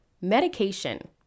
Medication